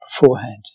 beforehand